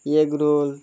egg roll